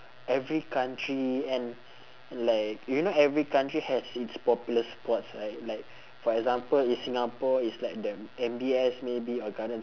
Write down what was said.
every country and like you know every country has its popular spots right like for example in singapore it's like the M_B_S maybe or gardens